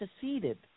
seceded